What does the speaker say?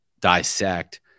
dissect